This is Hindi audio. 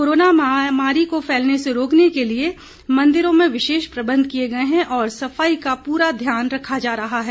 कोरोना महामारी को फैलने से रोकने के लिए मंदिरों में विशेष प्रबंध किए गए है और सफाई का पूरा ध्यान रखा जा रहा है